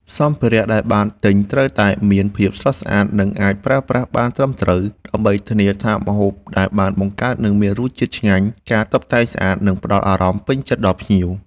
សំភារៈដែលបានទិញត្រូវតែមានភាពស្រស់ស្អាត និងអាចប្រើប្រាស់បានត្រឹមត្រូវ ដើម្បីធានាថាម្ហូបដែលបានបង្កើតនឹងមានរសជាតិឆ្ងាញ់ ការតុបតែងស្អាត និងផ្តល់អារម្មណ៍ពេញចិត្តដល់ភ្ញៀវ។